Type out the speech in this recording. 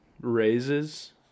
raises